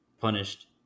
punished